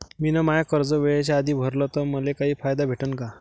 मिन माय कर्ज वेळेच्या आधी भरल तर मले काही फायदा भेटन का?